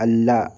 അല്ല